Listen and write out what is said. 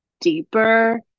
deeper